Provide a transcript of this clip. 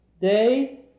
day